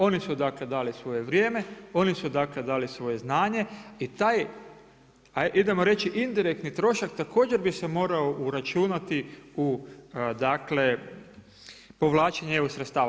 Oni su dakle dali svoje vrijeme, oni su dakle dali svoje znanje i taj, idemo reći indirektni trošak također bi se morao uračunati u povlačenje EU sredstava.